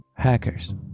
Hackers